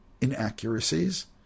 inaccuracies